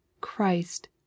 CHRIST